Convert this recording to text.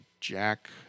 Jack